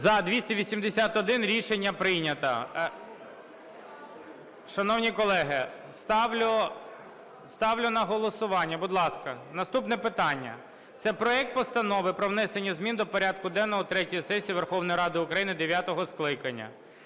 За-281 Рішення прийнято. Шановні колеги, ставлю на голосування, будь ласка, наступне питання – це проект Постанови про внесення змін до порядку денного третьої сесії Верховної Ради України дев'ятого скликання.